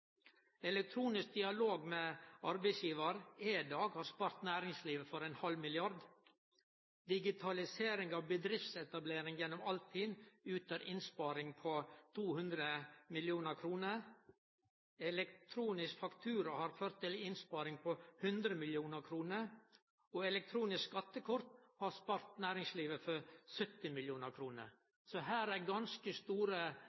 Elektronisk Dialog med Arbeidsgivare – EDAG – har spart næringslivet for ein halv milliard kroner, digitalisering av bedriftsetablering gjennom Altinn utgjer ei innsparing på 200 mill. kr, elektronisk faktura har ført til ei innsparing på 100 mill. kr og elektronisk skattekort har spart næringslivet for 70